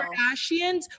Kardashians